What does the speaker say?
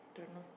don't know